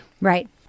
Right